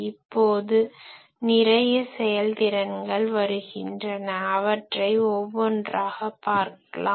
இப்போது நிறைய செயல்திறன்கள் வருகின்றன அவற்றை ஒவ்வொன்றாக பார்க்கலாம்